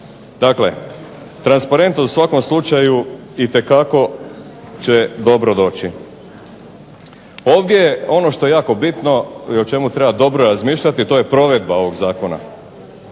Dakle, transparentnost u svakom slučaju itekako će dobro doći. Ovdje što je jako bitno i o čemu treba dobro razmišljati to je provedba ovog zakona.